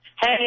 Hey